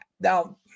now